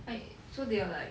I so they are like